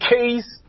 case